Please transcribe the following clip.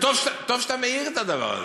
טוב שאתה מאיר את הדבר,